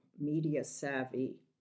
media-savvy